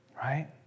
Right